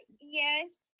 Yes